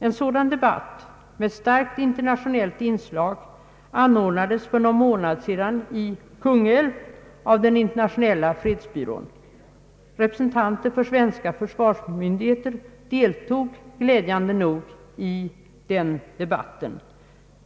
En sådan debatt med starkt internationellt inslag anordnades för någon månad sedan i Kungälv av den internationella fredsbyrån. Representanter för svenska försvarsmyndigheter deltog glädjande nog i denna debatt.